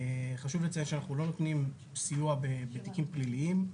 חשוב לציין שאנחנו לא נותנים סיוע בתיקים פליליים.